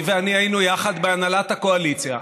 היא ואני היינו יחד בהנהלת הקואליציה,